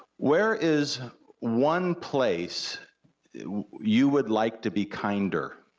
where is one place you would like to be kinder?